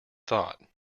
thought